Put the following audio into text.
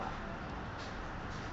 他会突然间来的 [what]